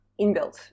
inbuilt